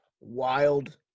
wild